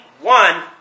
one